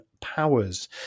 powers